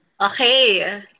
Okay